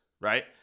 right